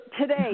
today